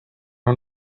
own